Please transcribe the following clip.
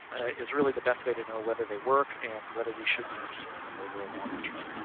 ah is really the best way to know whether they work, and whether we should be pursuing them over a longer term.